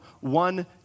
one